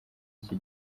iki